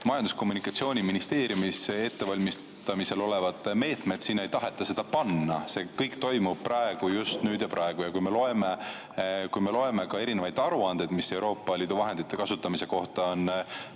Majandus‑ ja Kommunikatsiooniministeeriumis ettevalmistamisel olevatesse meetmetesse ei taheta seda panna. See kõik toimub praegu – just nüüd ja praegu. Kui me loeme erinevaid aruandeid, mis Euroopa Liidu vahendite kasutamise kohta on